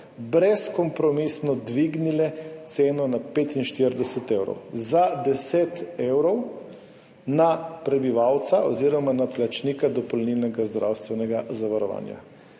brezkompromisno dvignile ceno na 45 evrov, za 10 evrov na prebivalca oziroma na plačnika dopolnilnega zdravstvenega zavarovanja.